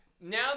Now